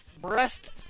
breast